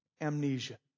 amnesia